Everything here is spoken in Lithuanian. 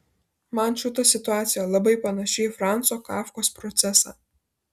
man šita situacija labai panaši į franco kafkos procesą